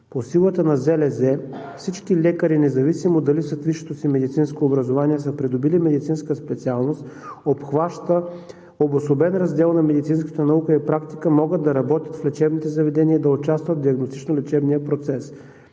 заведения всички лекари, независимо дали с висшето си медицинско си образование са придобили медицинска специалност, обхваща обособен раздел на медицинската наука и практика, могат да работят в лечебните заведения и да участват в диагностично-лечебния процес.